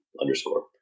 underscore